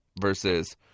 Versus